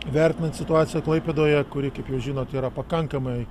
vertinant situaciją klaipėdoje kuri kaip jau žinot yra pakankamai